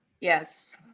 Yes